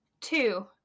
Two